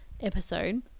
episode